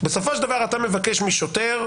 בסופו של דבר אתה מבקש משוטר,